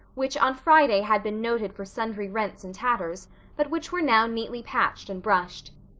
which on friday had been noted for sundry rents and tatters but which were now neatly patched and brushed.